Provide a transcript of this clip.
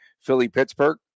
Philly-Pittsburgh